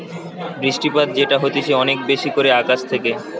বৃষ্টিপাত যেটা হতিছে অনেক বেশি করে আকাশ থেকে